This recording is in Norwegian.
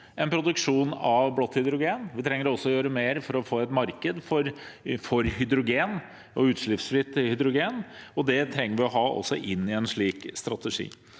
en produksjon av blått hydrogen. Vi trenger å gjøre mer for å få et marked for hydrogen og utslippsfritt hydrogen, og det trenger vi også å ha i en slik strategi.